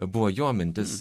buvo jo mintis